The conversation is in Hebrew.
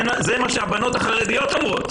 זה מה שהבנות החרדיות אומרות,